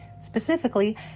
Specifically